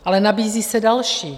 Ale nabízí se další.